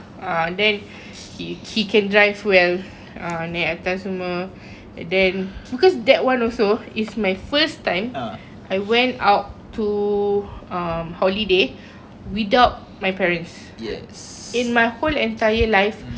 uh then he he can drive well ha naik atas semua and then because that one also is my first time I went out to um holiday without my parents in my whole entire life